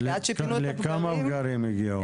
לכמה פגרים הגיעו?